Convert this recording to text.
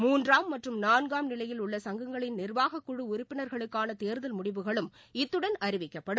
மூன்றாம் மற்றும் நான்காம் நிலையில் உள்ள சங்கங்களின் நிர்வாகக்குழஉறுப்பினர்களுக்கானதேர்தல் முடிவுகளும் இத்துடன் அறிவிக்கப்படும்